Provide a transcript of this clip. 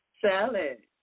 salad